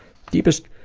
deepest,